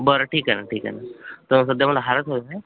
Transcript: बरं ठीक आहे ना ठीक आहे ना तर सध्या मला हारच हवे होते